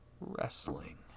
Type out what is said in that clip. wrestling